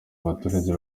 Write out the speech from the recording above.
abaturage